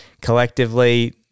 collectively